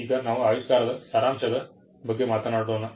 ಈಗ ನಾವು ಆವಿಷ್ಕಾರದ ಸಾರಾಂಶದ ಬಗ್ಗೆ ಮಾತನಾಡೋಣ